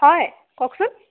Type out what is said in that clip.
হয় কওকচোন